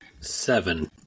Seven